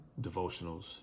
devotionals